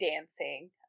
Dancing